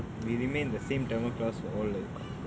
we remain the same tamil class for all the years